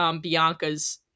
Bianca's